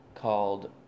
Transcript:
called